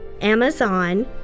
Amazon